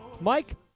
Mike